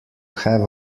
have